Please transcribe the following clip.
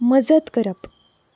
मजत करप